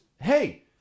hey